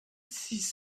six